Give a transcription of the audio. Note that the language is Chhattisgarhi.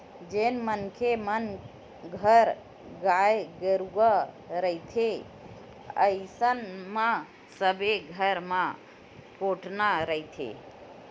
जेन मनखे मन घर गाय गरुवा रहिथे अइसन म सबे घर म कोटना रहिथे